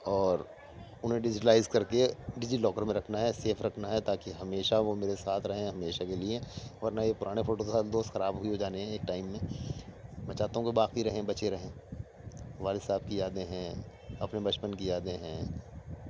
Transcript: اور انہیں ڈیجیٹلائز کر کے ڈیجی لاکر میں رکھنا ہے سیف رکھنا ہے تا کہ ہمیشہ وہ میرے ساتھ رہیں ہمیشہ کے لیے ورنہ یہ پرانے فوٹو دوست خراب ہی ہو جانے ہیں ایک ٹائم میں میں چاہتا ہوں کہ باقی رہیں بچیں رہیں والد صاحب کی یادیں ہیں اپنے بچپن کی یادیں ہیں